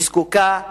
היא זקוקה לשקט.